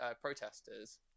protesters